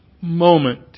moment